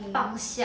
mm